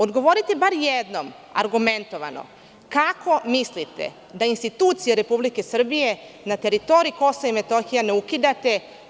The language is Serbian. Odgovorite bar jednom argumentovano – kako mislite da institucije Republike Srbije na teritoriji Kosova i Metohije ne ukidate?